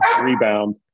rebound